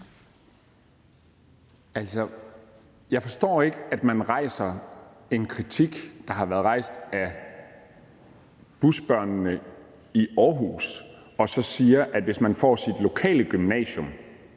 (S): Jeg forstår ikke, at man rejser en kritik, der har været rejst af busbørnene i Aarhus, og siger, at hvis de får det lokale gymnasium,